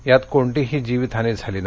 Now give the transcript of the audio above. यात कोणतीही जीवित हानी झाली नाही